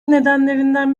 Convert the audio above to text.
nedenlerinden